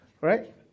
right